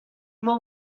emañ